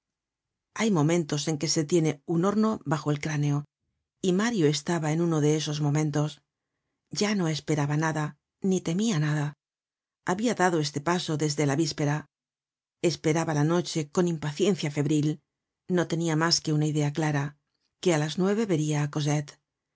hay momentos en que se tiene un horno bajo el cráneo y mario estaba en uno de esos momentos ya no esperaba nada ni temia nada habia dado este paso desde la víspera esperaba la noche con impaciencia febril no tenia mas que una idea clara que á las nueve veria